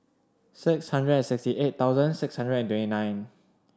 six hundred and sixty eight thousand six hundred and twenty nine